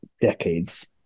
decades